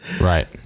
Right